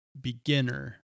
beginner